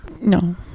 No